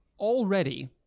Already